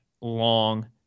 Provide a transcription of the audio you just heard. long